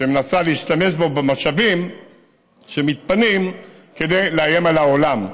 שמנסה להשתמש בו במשאבים שמתפנים כדי לאיים על העולם.